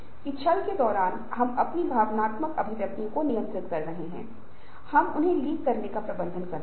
इसलिए हमें एक चिंता दिखानी होगी कि आप विरोध करने वाली शक्तियों को कैसे बेअसर कर सकते हैं या परिवर्तन के लिए बलों को बढ़ा सकते हैं